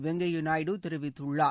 வெங்கய்யா நாயுடு தெரிவித்துள்ளார்